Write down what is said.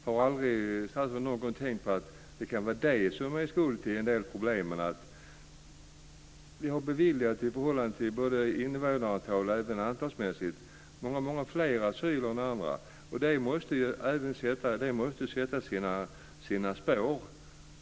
Har aldrig statsrådet tänkt på att det kan vara det som är skulden till en del av problemen, dvs. att vi har beviljat i förhållande till invånarantal många fler asyler än andra? Det måste sätta sina spår.